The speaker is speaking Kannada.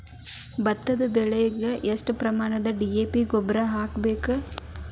ಭತ್ತದ ಬೆಳಿಗೆ ಎಷ್ಟ ಪ್ರಮಾಣದಾಗ ಡಿ.ಎ.ಪಿ ಗೊಬ್ಬರ ಹಾಕ್ಬೇಕ?